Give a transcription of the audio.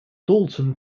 dalton